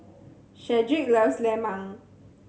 Shedrick loves Lemang